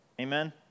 Amen